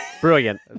Brilliant